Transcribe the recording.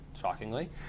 shockingly